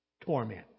torment